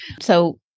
So-